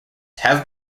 have